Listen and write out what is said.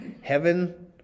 heaven